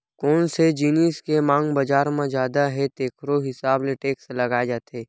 कोन से जिनिस के मांग बजार म जादा हे तेखरो हिसाब ले टेक्स लगाए जाथे